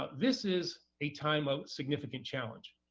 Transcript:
but this is a time of significant challenge.